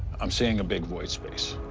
i'm seeing a big void space.